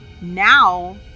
now